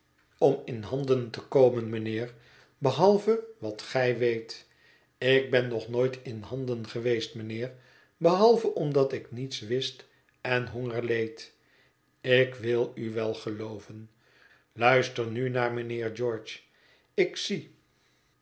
om in handen te komen mijnheer behalve wat gij weet ik ben nog nooit in handen geweest mijnheer behalve omdat ik niets wist en honger leed ik wil u wel gelooven luister nu naar mijnheer george ik zie